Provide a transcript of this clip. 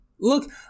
Look